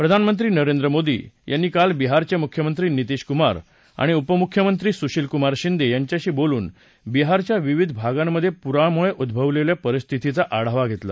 प्रधानमंत्री नरेंद्र मोदी यांनी काल बिहारचे मुख्यमंत्री नितीश कुमार आणि उपमुख्यमंत्री सुशिलकुमार मोदी यांच्याशी बोलून बिहारच्या विविध भागांमधे पुरामुळे उद्ववलेल्या परिस्थितीचा आढावा धेतला